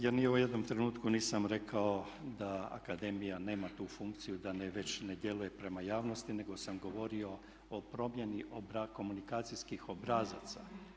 Ja ni u jednom trenutku nisam rekao da akademija nema tu funkciju da ne već ne djeluje prema javnosti, nego sam govorio o promjeni komunikacijskih obrazaca.